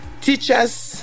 Teachers